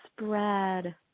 spread